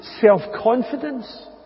self-confidence